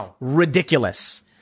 ridiculous